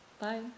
bye